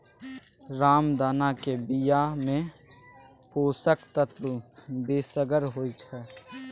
रामदानाक बियामे पोषक तत्व बेसगर होइत छै